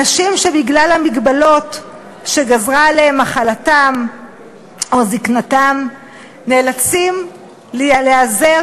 אנשים שבגלל המגבלות שגזרה עליהם מחלתם או זיקנתם נאלצים להיעזר